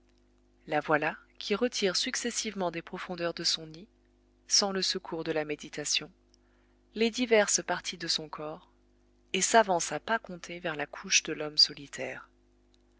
la voilà qui retire successivement des profondeurs de son nid sans le secours de la méditation les diverses parties de son corps et s'avance à pas comptés vers la couche de l'homme solitaire